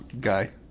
Guy